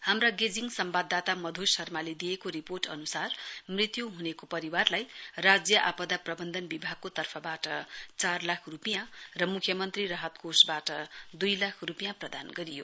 हाम्रा गेजिङ सम्बाददाता मध् शर्माले दिएको रिपोर्ट अनुसार मृत्यु ह्नेको परिवारलाई राज्य आपदा प्रबन्धन विभागको तर्फबाट चार लाख रूपियाँ र म्ख्यमन्त्री राहत कोषबाट द्ई लाख रूपियाँ प्रदान गरियो